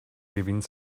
gewinnt